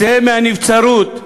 צא מהנבצרות,